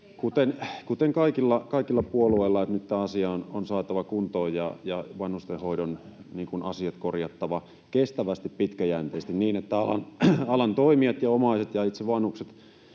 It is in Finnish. Kuten kaikilla puolueilla. — Eli nyt tämä asia on saatava kuntoon ja vanhustenhoidon asiat korjattava kestävästi, pitkäjänteisesti, niin että alan toimijat ja omaiset ja itse vanhukset